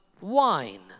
wine